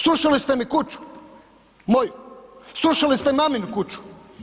Srušili ste mi kuću, moju, srušili ste maminu kuću.